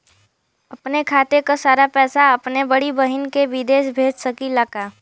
अपने खाते क सारा पैसा अपने बड़ी बहिन के विदेश भेज सकीला का?